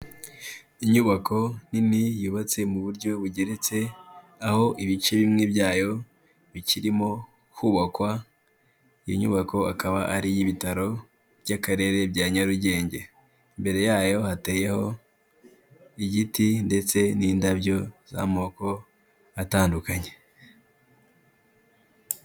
Inyubako nini, yubatse mu buryo bugeretse, aho ibice bimwe byayo bikirimo kubakwa, iyi nyubako akaba ari iy'ibitaro by'Akarere bya Nyarugenge. Imbere yayo hateyeho igiti ndetse n'indabyo z'amoko atandukanye.